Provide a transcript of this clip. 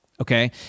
okay